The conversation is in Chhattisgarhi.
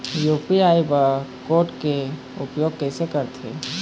यू.पी.आई बार कोड के उपयोग कैसे करथें?